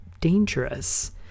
dangerous